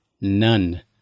none